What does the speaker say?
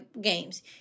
games